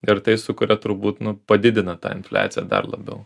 ir tai sukuria turbūt nu padidina tą infliaciją dar labiau